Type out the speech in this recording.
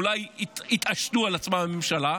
אולי יתעשתו על עצמם בממשלה,